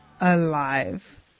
Alive